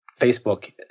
facebook